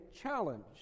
challenge